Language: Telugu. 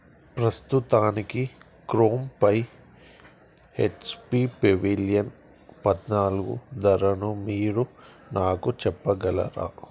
ప్రస్తుతానికి క్రోమ్పై హెచ్ పి పెవీలియన్ పద్నాలుగు ధరను మీరు నాకు చెప్పగలరా